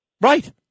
Right